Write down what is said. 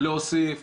להוסיף,